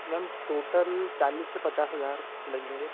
ma'am total चालीस से पचास हजार लगेंगे